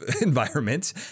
environment